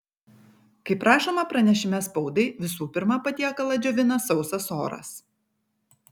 kaip rašoma pranešime spaudai visų pirma patiekalą džiovina sausas oras